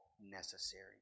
necessary